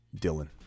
Dylan